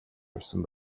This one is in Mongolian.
явсан